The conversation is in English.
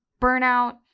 burnout